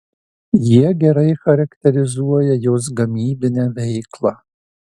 jie gerai charakterizuoja jos gamybinę veiklą